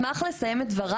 אני אשמח לסיים את דבריי.